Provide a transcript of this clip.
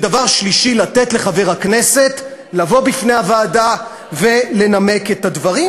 3. לתת לחבר הכנסת לבוא לפני הוועדה ולנמק את הדברים,